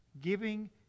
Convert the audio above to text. Giving